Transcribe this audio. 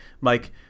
Mike